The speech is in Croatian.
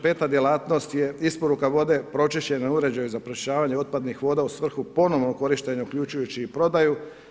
Peta djelatnost je isporuka vode pročišćene u uređaju za pročišćavanje otpadnih voda u svrhu ponovnog korištenja, uključujući i prodaju.